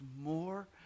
more